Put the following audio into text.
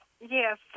Yes